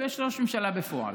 ויש ראש ממשלה בפועל.